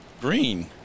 Green